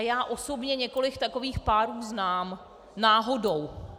Já osobně několik takových párů znám, náhodou.